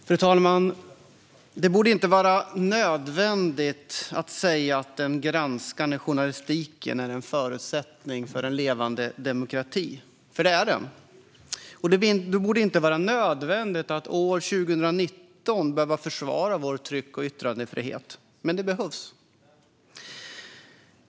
Fru talman! Det borde inte vara nödvändigt att säga att den granskande journalistiken är en förutsättning för en levande demokrati. För det är den. Det borde inte heller vara nödvändigt att år 2019 behöva försvara vår tryck och yttrandefrihet. Men det behövs.